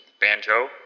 Banjo